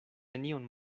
nenion